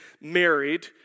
married